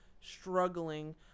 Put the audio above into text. struggling